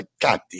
God